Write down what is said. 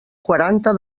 quaranta